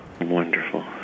Wonderful